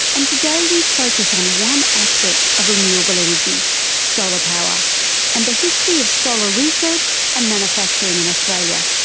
and today we focus on one aspect of renewable energy solar power and the history of solar research and manufacturing in australia.